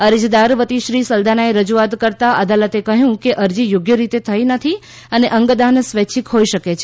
અરજદાર વતી શ્રી સલદાનાએ રજુઆત કરતાં અદાલતે કહ્યું કે અરજી યોગ્ય રીતે થઇ નથી અને અંગદાન સ્વૈચ્છીક હોઇ શકે છે